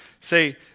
say